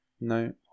No